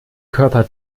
körper